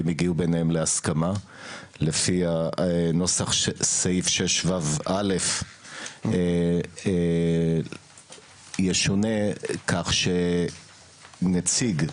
הגיעו ביניהם להסכמה לפיה נוסח סעיף 6ו(א) ישונה כך שנציג,